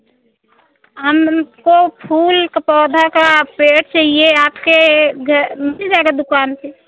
हमको फूल का पौधा का पेड़ चाहिए आपके मिल जाएगा दुकान पर